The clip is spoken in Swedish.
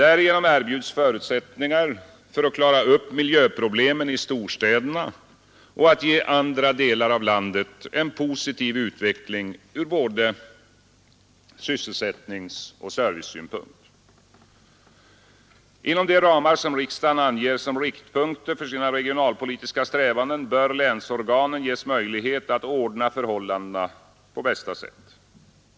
Därigenom erbjuds förutsättningar för att klara upp miljöproblemen i storstäderna och att ge andra delar av landet en positiv utveckling från både sysselsättningsoch servicesynpunkt. Inom de ramar som riksdagen anger som riktpunkter för sina regionalpolitiska strävanden bör länsorganen ges möjlighet att ordna förhållandena på bästa sätt.